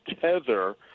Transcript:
tether